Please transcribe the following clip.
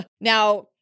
Now